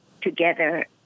together